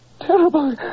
terrible